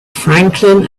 franklin